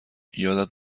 یادت